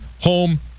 home